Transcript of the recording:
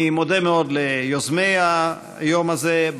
אני מודה מאוד ליוזמי היום הזה,